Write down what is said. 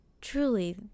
Truly